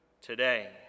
today